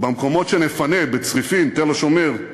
במקומות שנפנה בצריפין, בתל-השומר,